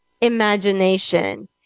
imagination